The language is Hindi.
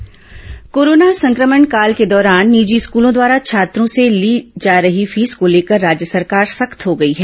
निजी स्कूल फीस कोरोना संक्रमण काल के दौरान निजी स्कूलों द्वारा छात्रों से ली रही फीस को लेकर राज्य सरकार सख्त हो गई है